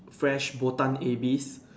fresh Botan ebi